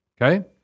Okay